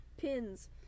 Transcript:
pins